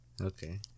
Okay